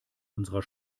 unserer